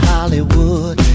Hollywood